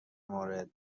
مورد